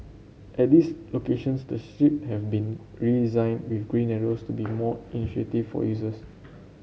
at these locations the have been redesigned with green arrows to be more for users